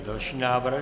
Další návrh.